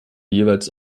jeweils